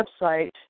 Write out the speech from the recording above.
website